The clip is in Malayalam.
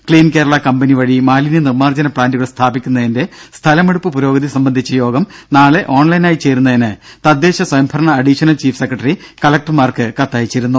ക്ലീൻ കേരള കമ്പനി വഴി മാലിന്യ നിർമ്മാർജ്ജന പ്ലാന്റുകൾ സ്ഥാപിക്കുന്നതിന്റെ സ്ഥലമെടുപ്പ് പുരോഗതി സംബന്ധിച്ച യോഗം നാളെ ഓൺലൈനായി ചേരുന്നതിന് തദ്ദേശ സ്വയംഭരണ അഡീഷണൽ ചീഫ് സെക്രട്ടറി കലക്ടർമാർക്ക് കത്തയച്ചിരുന്നു